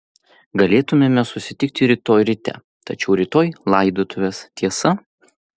galėtumėme susitikti rytoj ryte tačiau rytoj laidotuvės tiesa